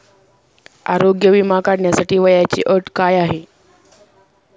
आरोग्य विमा काढण्यासाठी वयाची अट काय आहे?